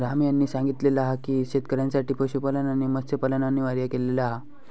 राम यांनी सांगितला हा की शेतकऱ्यांसाठी पशुपालन आणि मत्स्यपालन अनिवार्य केलेला हा